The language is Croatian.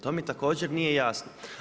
To mi također nije jasno.